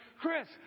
Chris